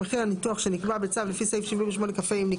מחיר הניתוח שנקבע בצו לפי סעיף 78כה אם נקבע.